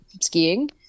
skiing